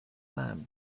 man